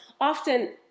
often